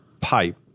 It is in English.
pipe